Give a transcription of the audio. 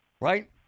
Right